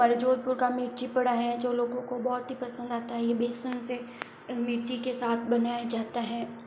हमारे जोधपुर का मिर्ची बड़ा है जो लोगो को बहुत ही पसंद आता है ये बेसन से मिर्ची के साथ बनाया जाता है